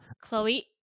Chloe